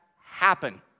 happen